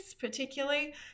particularly